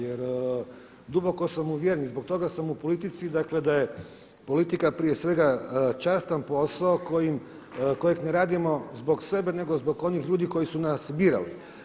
Jer duboko sam uvjeren, zbog toga sam u politici dakle da je politika prije svega častan posao kojeg ne radimo zbog sebe nego zbog onih ljudi koji su nas birali.